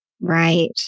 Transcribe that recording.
Right